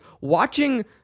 watching